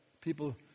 people